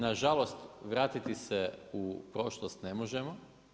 Nažalost, vratiti se u prošlost ne možemo.